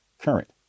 current